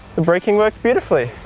the braking works beautifully!